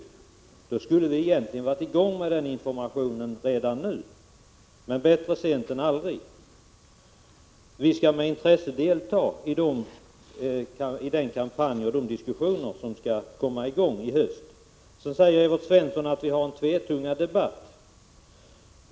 I så fall skulle vi egentligen redan har varit i gång med den informationen. Det är dock bättre sent än aldrig. Vi skall med intresse delta i kampanjen och i de diskussioner som skall komma i gång i höst. Evert Svensson säger vidare att vi för en tvetungad debatt.